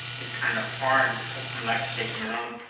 is kind of hard because i'm, like, shaking around.